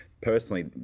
personally